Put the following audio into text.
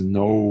no